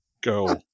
Go